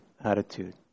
attitude